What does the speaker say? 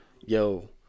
Yo